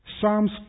Psalms